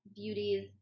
beauties